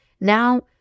Now